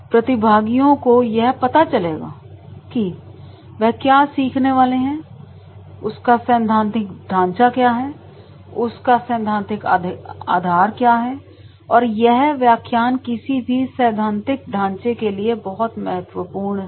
इससे प्रतिभागियों को यह पता चलेगा कि वह क्या सीखने वाले हैं उसका सैद्धांतिक ढांचा क्या है उसका सैद्धांतिक आधार क्या है और यह व्याख्यान किसी भी सैद्धांतिक ढांचे के लिए बहुत महत्वपूर्ण है